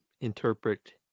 interpret